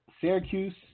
Syracuse